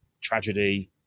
tragedy